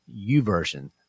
uversion